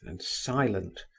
and silent.